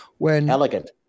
Elegant